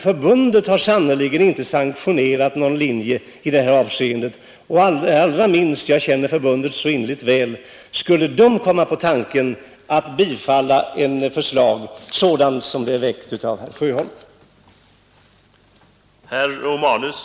Förbundet har sannerligen inte sanktionerat någon linje i detta avseende, och allra minst jag känner förbundet så innerligt väl skulle förbundet komma på tanken att tillstyrka ett förslag sådant som det herr Sjöholm väckt